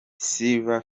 silver